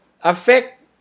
affect